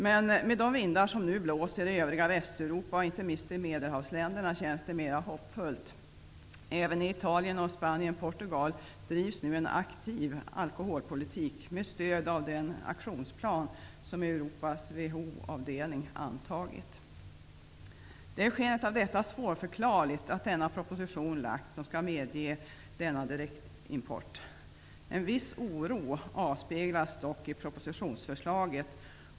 Men med de vindar som nu blåser i övriga Västeuropa och inte minst i Medelhavsländerna känns det mera hoppfullt. Även i Italien, Spanien och Portugal drivs nu en aktiv alkoholpolitik med stöd av den aktionsplan som Europas WHO-avdelning antagit. Det är i skenet av detta svårförklarligt att en proposition har lagts fram som skall medge denna direktimport. En viss oro avspeglas dock i propositionsförslaget.